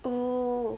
oh